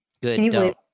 Good